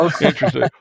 Interesting